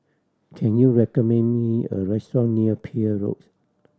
can you recommend me a restaurant near Peirce Road